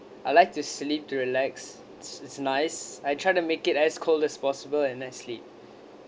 I like to sleep to relax it's nice I try to make it as cold as possible and then sleep